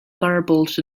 garbled